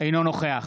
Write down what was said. אינו נוכח